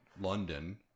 london